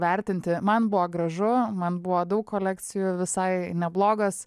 vertinti man buvo gražu man buvo daug kolekcijų visai neblogos